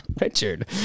Richard